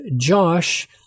Josh